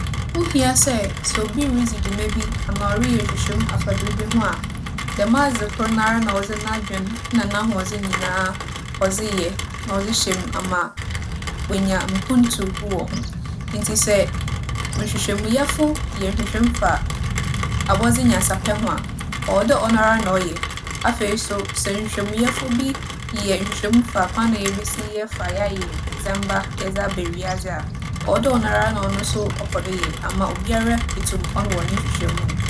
Ho hia sɛ sɛ obi ridzi dwuma bi, anaa ͻreyɛ nhwehwɛmu afa biribi ho a, dɛm adzekor noara na ͻdze n'adwen nna n'ahoͻdzen nyina ͻdze yɛ, na ͻdze hyɛ mu ama oeenya mpontu wͻ ho. Ntsi sɛ nhwehwɛmuyɛfo yɛ nhwehwɛmu fa abͻdze nyansapɛ ho a, ͻwͻ dɛ ͻnoara na ͻyɛ. Afei so, sɛ nhwehwɛmuyɛfo bi yɛ nhwehwɛmu fa kwan a yebesi yɛfa yɛayɛ ndzɛmba yɛdze aba wiadze a, ͻwͻ dɛ ͻnoara na ͻno so ͻkͻ do yɛ ama obiara etu mpon wͻ no nhwehwɛmu mu.